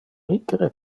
micre